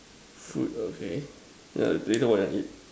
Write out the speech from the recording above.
food okay yeah later what you want to eat